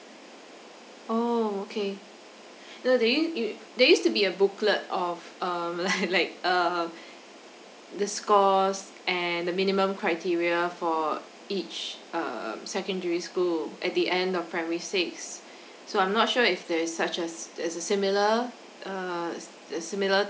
oh okay uh there you you there used to be a booklet of um like like um the scores and the minimum criteria for each um secondary school at the end of primary six so I'm not sure if there is such as it's a similar err it's there's similar